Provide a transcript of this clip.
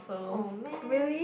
oh man